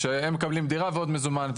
שהם יקבלו דירה ועוד מזומן,